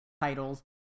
titles